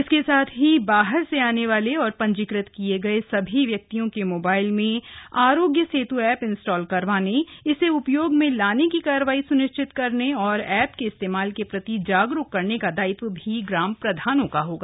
इसके साथ ही बाहर से आने वाले और पंजीकृत किये गए सभी व्यक्तियों के मोबाइल नंबर पर आरोग्य सेत् इंस्टॉल करवाने इसे उपयोग में लाने की कार्रवाई सुनिश्चित करने और एप के इस्तेमाल के प्रति जागरूक करने का दायित्व भी ग्राम प्रधानों का होगा